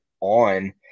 on